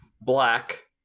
black